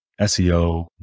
SEO